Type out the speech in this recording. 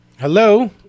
Hello